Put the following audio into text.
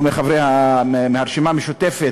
או מהרשימה המשותפת,